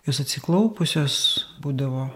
jos atsiklaupusios būdavo